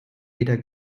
weder